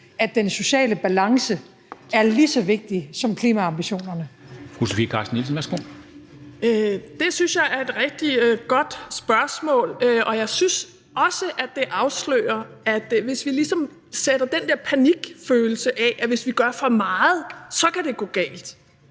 Fru Sofie Carsten Nielsen, værsgo. Kl. 14:16 Sofie Carsten Nielsen (RV): Det synes jeg er et rigtig godt spørgsmål, og jeg synes også, at det afslører, at vi, hvis vi ligesom sætter den der panikfølelse af, at hvis vi gør for meget, så kan det gå galt,